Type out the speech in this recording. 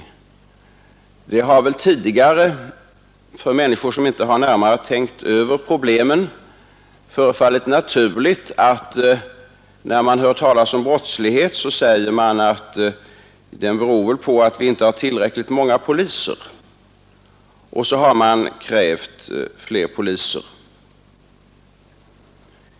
Tidigare har det väl för människor som inte närmare tänkt över problemen förefallit naturligt, när man hört talas om brottslighet, att säga att den beror väl på att vi inte har tillräckligt många poliser, och så har man krävt fler poliser.